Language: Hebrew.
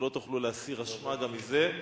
ולא תוכלו להסיר אשמה גם מזה,